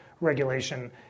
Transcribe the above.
regulation